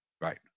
Right